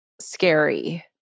Scary